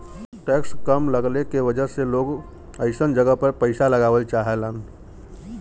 tax कम लगले के वजह से लोग अइसन जगह पर पइसा लगावल चाहलन